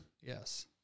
Yes